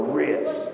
risk